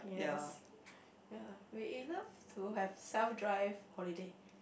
ya